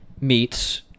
meets